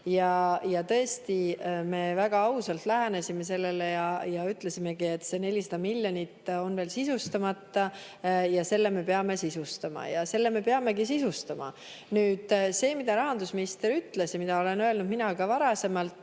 Tõesti, me väga ausalt lähenesime sellele ja ütlesimegi, et see 400 miljonit on veel sisustamata ja selle me peame sisustama. Ja selle me peamegi sisustama. Nüüd see, mida rahandusminister ütles ja mida olen ka mina varem